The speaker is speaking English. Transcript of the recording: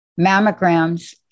Mammograms